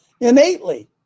innately